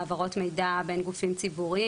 העברות מידע בין גופים ציבוריים.